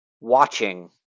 Watching